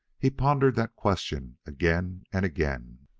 he pondered that question again and again.